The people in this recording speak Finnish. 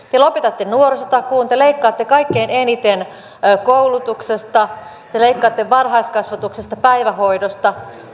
te lopetatte nuorisotakuun te leikkaatte kaikkein eniten koulutuksesta te leikkaatte varhaiskasvatuksesta päivähoidosta